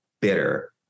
bitter